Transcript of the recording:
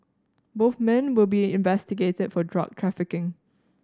both men will be investigated for drug trafficking